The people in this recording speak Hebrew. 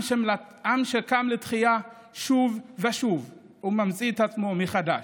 עם שקם לתחייה שוב ושוב וממציא את עצמו מחדש.